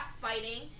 fighting